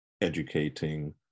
educating